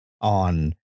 on